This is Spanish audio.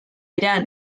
irán